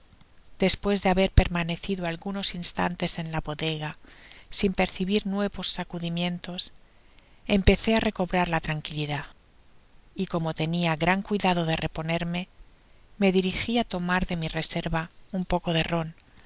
pues de haber permanecido algunos instantes en la bodega sin percibir nuevos sacudimientos empecé á recobrar la tranquilidad y como tenia gran cuidado de reponerme me dirigi á tomar de mi reserva un poco de rom